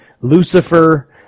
Lucifer